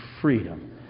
freedom